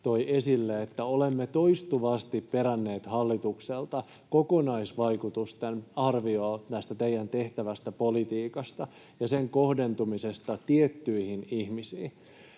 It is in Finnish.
toi esille, että olemme toistuvasti peränneet hallitukselta kokonaisvaikutusten arviota tästä teidän tekemästänne politiikasta ja sen kohdentumisesta tiettyihin ihmisiin.